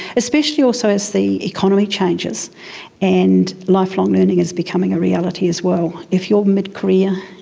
especially also as the economy changes and lifelong learning is becoming a reality as well. if you are midcareer,